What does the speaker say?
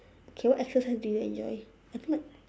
okay what exercise do you enjoy I feel like